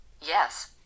Yes